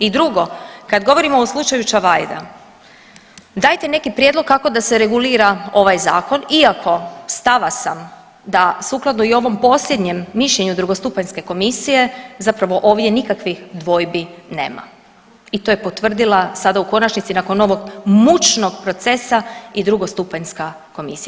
I drugo, kad govorimo o slučaju Čavajda, dajete neki prijedlog kako da se regulira ovaj zakon iako stava sam da sukladno i ovom posljednjem mišljenju drugostupanjske komisije zapravo ovdje nikakvih dvojbi nema i to je potvrdila sada u konačnici nakon ovog mučnog procesa i drugostupanjska komisija.